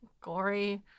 gory